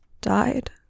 died